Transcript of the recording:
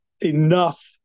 enough